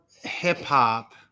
hip-hop